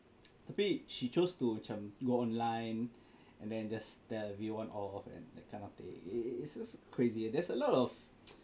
tapi she chose to macam go online and just tell everyone all off that kind of thing is just crazy there's a lot of